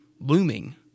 looming